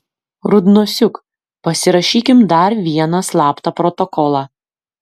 rudnosiuk pasirašykim dar vieną slaptą protokolą